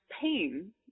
pain